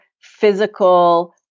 physical